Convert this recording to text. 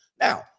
now